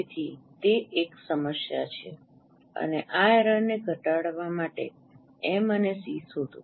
તેથી તે એક સમસ્યા છે આ એરરને ઘટાડવા માટે એમ અને સી શોધો